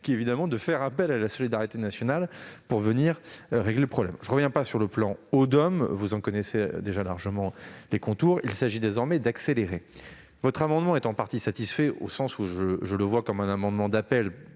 qui commande évidemment de faire appel à la solidarité nationale pour régler le problème. Je ne reviens pas sur le plan Eau-DOM ; vous en connaissez déjà largement les contours. Il s'agit désormais d'accélérer. Votre amendement est en partie satisfait : je le vois comme un amendement d'appel-